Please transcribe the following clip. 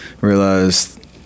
realized